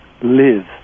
live